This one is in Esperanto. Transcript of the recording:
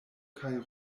kaj